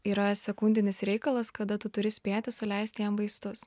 yra sekundinis reikalas kada tu turi spėti suleisti jam vaistus